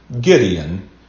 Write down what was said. Gideon